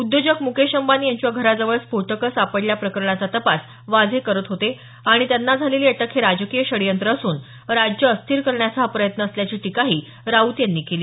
उद्योजक मुकेश अंबानी यांच्या घराजवळ स्फोटक सापडल्या प्रकरणाचा तपास वाझे करत होते आणि त्यांना झालेली अटक हे राजकीय षडयंत्र असून राज्य अस्थिर करण्याचा हा प्रयत्न असल्याची टीकाही राऊत यांनी केली